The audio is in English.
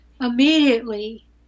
immediately